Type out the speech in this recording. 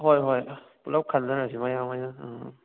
ꯍꯣꯏ ꯍꯣꯏ ꯄꯨꯂꯞ ꯈꯟꯅꯔꯁꯤ ꯃꯌꯥꯝꯈꯩꯒ ꯎꯝ